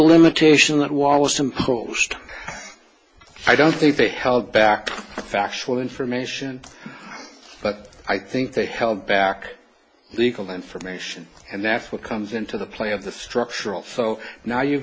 limitation that was some post i don't think they held back factual information but i think they held back legal information and that's what comes into the play of the structural so now you